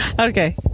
okay